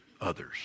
others